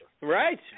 Right